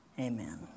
amen